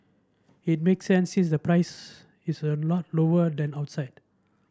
it makes sense since the price is a lot lower than outside